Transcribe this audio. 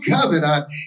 covenant